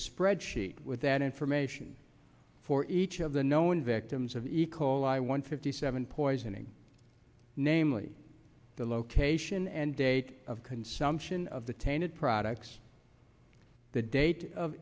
spreadsheet with that information for each of the known victims of the call i won fifty seven poisoning namely the location and date of consumption of the tainted products the date of